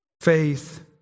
Faith